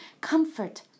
comfort